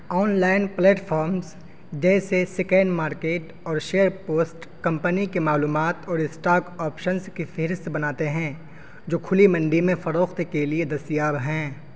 online platforms جیسے second market اور share post company کی معلومات اور اسٹاک آپشنز کی فہرست بناتے ہیں جو کھلی منڈی میں فروخت کے لیے دستیاب ہیں